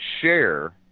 share